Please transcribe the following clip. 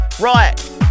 right